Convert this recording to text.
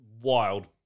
wild